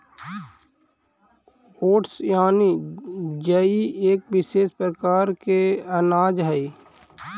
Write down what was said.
oats यानि जई एक विशेष प्रकार के अनाज हइ